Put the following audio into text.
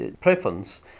preference